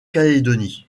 calédonie